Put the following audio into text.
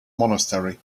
monastery